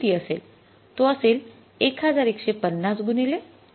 तो असेल ११५० गुणिले २